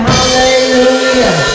Hallelujah